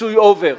פיצוי אובר.